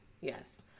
Yes